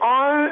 on